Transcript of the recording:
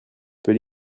peut